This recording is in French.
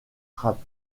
rapp